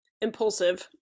impulsive